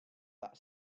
that